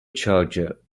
charger